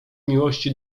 miłości